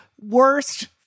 worst